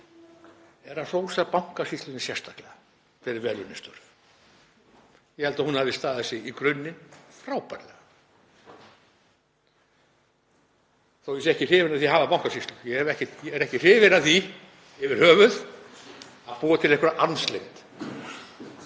að hrósa Bankasýslunni sérstaklega fyrir vel unnin störf. Ég held að hún hafi staðið sig í grunninn frábærlega þó að ég sé ekki hrifinn af því að hafa Bankasýslu, ég er ekki hrifinn af því yfir höfuð að búa til einhverja armslengd,